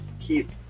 keep